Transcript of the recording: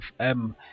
FM